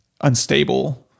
unstable